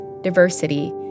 diversity